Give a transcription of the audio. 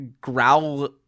growl